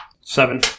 seven